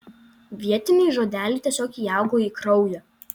vietiniai žodeliai tiesiog įaugo į kraują